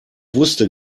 wusste